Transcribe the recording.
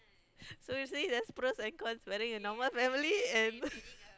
so you see there's pros and cons marrying a normal family and